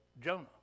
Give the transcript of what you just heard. Jonah